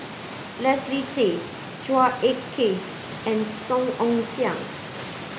Leslie Tay Chua Ek Kay and Song Ong Siang